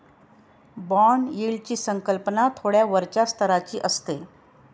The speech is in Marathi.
बाँड यील्डची संकल्पना थोड्या वरच्या स्तराची असते